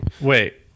wait